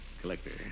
Collector